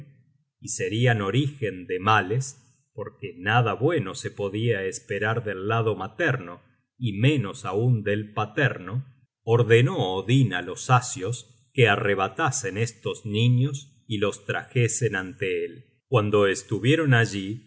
y serian orígen de males porque nada bueno se podia esperar del lado materno y menos aun del paterno ordenó odin á los asios que arrebatasen estos niños y los trajesen ante él cuando estuvieron allí